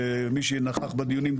מי שנכח בדיונים,